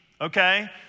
okay